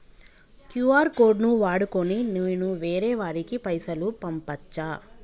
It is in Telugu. క్యూ.ఆర్ కోడ్ ను వాడుకొని నేను వేరే వారికి పైసలు పంపచ్చా?